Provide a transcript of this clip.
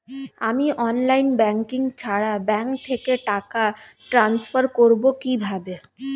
আমি online banking ছাড়া bank থেকে টাকা ট্রান্সফার করবো কিভাবে?